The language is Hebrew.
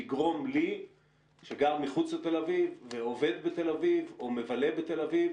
של לגרום לי שגר מחוץ לתל אביב ועובד בתל אביב או מבלה בתל אביב,